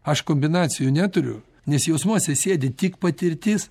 aš kombinacijų neturiu nes jausmuose sėdi tik patirtis